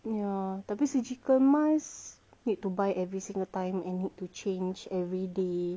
ya tapi surgical mask need to buy every single time and need to change everyday